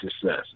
success